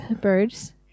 birds